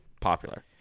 popular